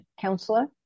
counselor